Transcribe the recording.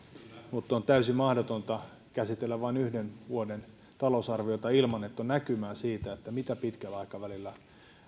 mutta on täysin mahdotonta käsitellä vain yhden vuoden talousarviota ilman että on näkymää siitä mitä pitkällä aikavälillä